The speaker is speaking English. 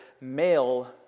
male